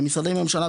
במשרדי ממשלה,